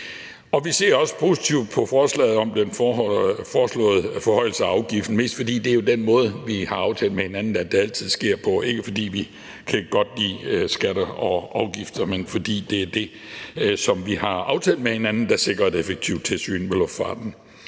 Vi ser også positivt på forslaget om den foreslåede forhøjelse af afgiften, mest fordi det jo er på den måde, vi har aftalt med hinanden at det altid sker. Det er ikke, fordi vi godt kan lide skatter og afgifter, men det er, fordi det er det, som vi har aftalt med hinanden sikrer et effektivt tilsyn med luftfarten,